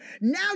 now